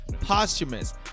Posthumous